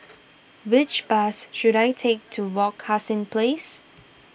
which bus should I take to Wak Hassan Place